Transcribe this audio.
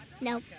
No